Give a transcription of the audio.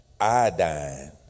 iodine